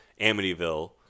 amityville